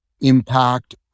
impact